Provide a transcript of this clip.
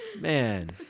man